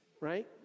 right